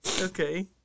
Okay